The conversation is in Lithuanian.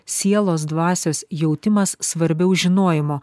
sielos dvasios jautimas svarbiau žinojimo